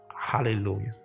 hallelujah